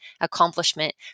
accomplishment